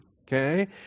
Okay